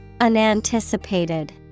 Unanticipated